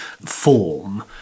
form